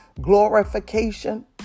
glorification